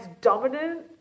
dominant